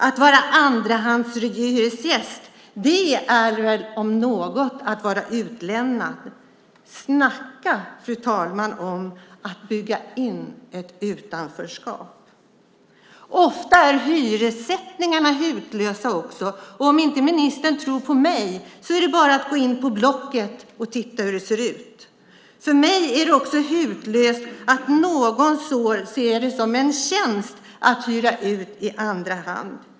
Att vara andrahandshyresgäst är väl om något att vara utlämnad. Snacka om att bygga in ett utanförskap, fru talman! Ofta är hyrorna hutlösa. Om ministern inte tror på mig är det bara att gå in på Blocket och titta hur det ser ut. För mig är det hutlöst att någon ser det som en tjänst att hyra ut i andra hand.